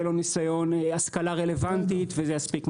לו ניסיון השכלה רלוונטית וזה מספיק,